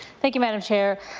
thank you, madam chair.